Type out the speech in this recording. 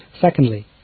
Secondly